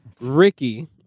Ricky